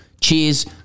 Cheers